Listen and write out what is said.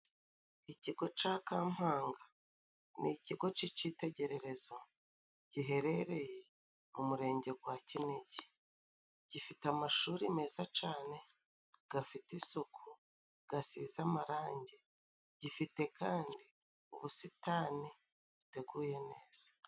Ikigo ca kampaga ni ikigo c'icitegererezo giherereye mu murenge gwa Kinigi. Gifite amashuri meza cane, gafite isuku gasize amarangi, gifite kandi ubusitani buteguye neza.